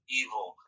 evil